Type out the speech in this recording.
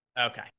Okay